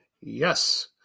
yes